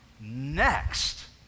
next